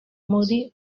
muri